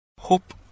Hope